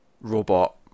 robot